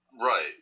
right